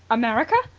america!